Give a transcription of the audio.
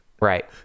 Right